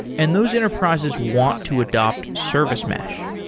and those enterprises want to adopt service mesh.